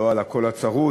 לא על הקול הצרוד,